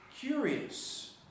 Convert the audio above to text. curious